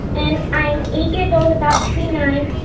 and i'm eight years old, about to be nine.